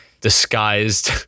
disguised